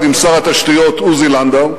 יחד עם שר התשתיות עוזי לנדאו,